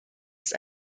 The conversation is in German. ist